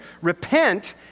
Repent